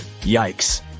Yikes